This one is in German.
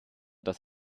das